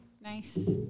Nice